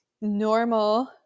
normal